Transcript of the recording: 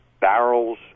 barrels